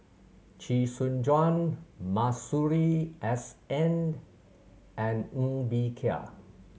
Chee Soon Juan Masuri S N and Ng Bee Kia